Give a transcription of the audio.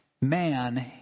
man